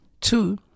Two